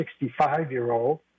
65-year-old